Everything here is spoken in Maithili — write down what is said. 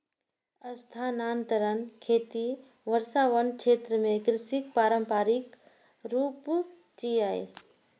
स्थानांतरण खेती वर्षावन क्षेत्र मे कृषिक पारंपरिक रूप छियै